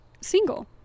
single